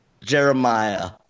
Jeremiah